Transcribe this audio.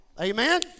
amen